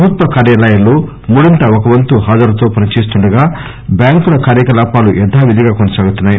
ప్రభుత్వ కార్యాల్లో మూడింట ఒక వంతు హాజరుతో పనిచేస్తుండగా బ్యాంకుల కార్యకలాపాలు యదావిధిగా కొనసాగుతున్నాయి